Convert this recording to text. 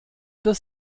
des